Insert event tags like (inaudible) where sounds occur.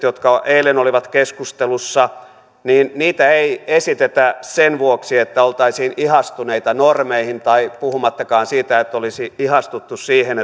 (unintelligible) jotka eilen olivat keskustelussa ei esitetä sen vuoksi että oltaisiin ihastuneita normeihin puhumattakaan siitä että olisi ihastuttu siihen (unintelligible)